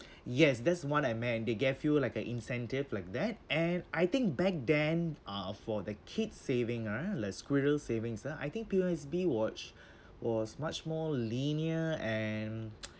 yes that's what I meant they gave you like a incentive like that and I think back then uh for the kid saving ah the squirrel savings ah I think P_O_S_B watch was much more lenient and